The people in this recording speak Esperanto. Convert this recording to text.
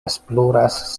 esploras